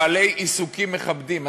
בעלי עיסוקים מכבדים,